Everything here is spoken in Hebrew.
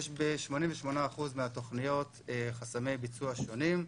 יש ב-88% מהתוכניות חסמי ביצוע שונים.